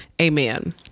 amen